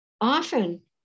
often